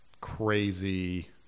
crazy